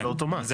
באוטומט.